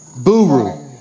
Buru